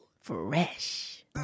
Fresh